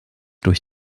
durch